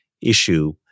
issue